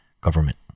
government